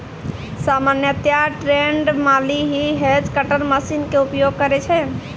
सामान्यतया ट्रेंड माली हीं हेज कटर मशीन के उपयोग करै छै